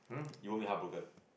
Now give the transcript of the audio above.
you won't be heartbroken